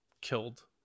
killed